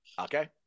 Okay